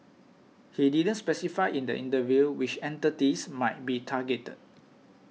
he didn't specify in the interview which entities might be targeted